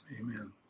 Amen